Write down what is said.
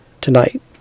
tonight